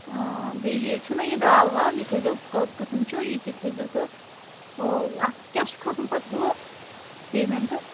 آ بیٚیہِ یہِ چھُنا یہِ دال وال یہِ تھٲیزیو کٔژ قٕسٕم چھُو یہِ تہِ تھٲیزیو تہٕ ہُہ اَتھ کیٛاہ چھُ کھَسان پَتہٕ ہُہ پیمٮ۪نٛٹ